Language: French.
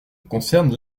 concerne